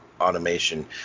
automation